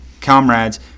comrades